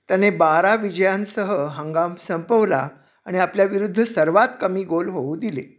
त्याने बारा विजयांसह हंगाम संपवला आणि आपल्या विरुद्ध सर्वात कमी गोल होऊ दिले